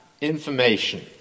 information